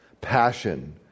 passion